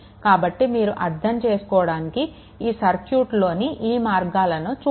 కాబట్టి మీరు అర్థం చేసుకోవడానికి ఈ సర్క్యూట్ చిత్రంలోని ఈ మార్గాలను చూడండి